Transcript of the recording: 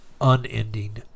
unending